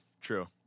true